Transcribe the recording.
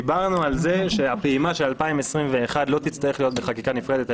דיברנו על זה שהפעימה של 2021 לא תצטרך להיות בחקיקה נפרדת,